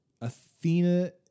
Athena